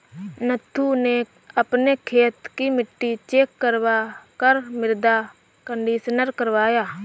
नथु ने अपने खेत की मिट्टी चेक करवा कर मृदा कंडीशनर करवाया